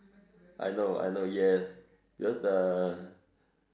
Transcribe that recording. I know I know yes because uh